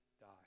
die